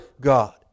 God